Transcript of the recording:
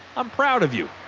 i'm proud of you.